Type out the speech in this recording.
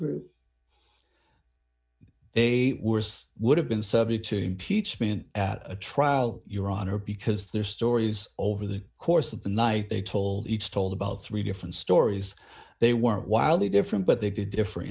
group they were would have been subject to impeachment at a trial your honor because their stories over the course of the night they told each told about three different stories they were wildly different but they did differ